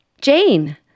Jane